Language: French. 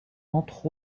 entre